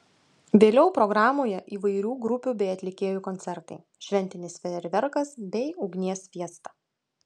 vėliau programoje įvairių grupių bei atlikėjų koncertai šventinis fejerverkas bei ugnies fiesta